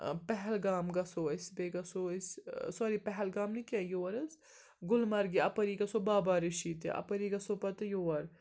پہلگام گژھو أسۍ بیٚیہِ گَژھو أسۍ سوری پہلگام نہٕ کیٚنٛہہ یور حظ گُلمَرگہِ اَپٲری گَژھو بابا ریٖشی تہِ اَپٲری گَژھو پَتہٕ یور